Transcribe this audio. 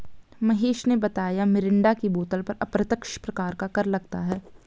महेश ने बताया मिरिंडा की बोतल पर अप्रत्यक्ष प्रकार का कर लगता है